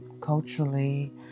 Culturally